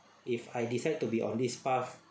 if I decide to be on this path